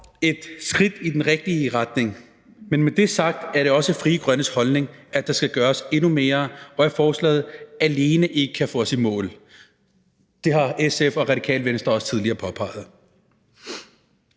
et skridt i den rigtige retning, men med det sagt er det også Frie Grønnes holdning, at der skal gøres endnu mere, og at forslaget alene ikke kan få os i mål. Det har SF og Radikale Venstre også tidligere påpeget.